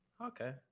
okay